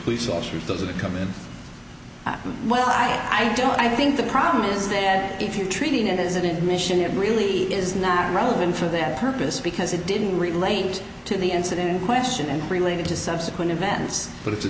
police officers those are coming up with well i don't i think the problem is that if you're treating it as an admission it really is not relevant for that purpose because it didn't relate to the incident question and related to subsequent events but it's a